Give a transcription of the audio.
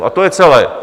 A to je celé.